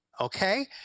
okay